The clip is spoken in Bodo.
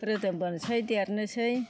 रोदोमबोनोसै देरनोसै